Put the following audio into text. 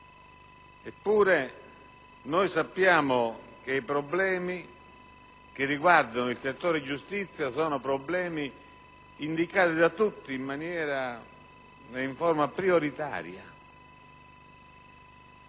Eppure, noi sappiamo che i problemi che riguardano il settore giustizia sono indicati da tutti come prioritari.